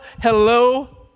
Hello